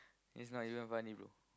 it's not even funny bro